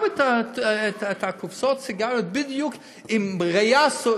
את קופסאות הסיגריות בדיוק עם ריאה,